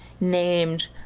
named